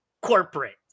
corporate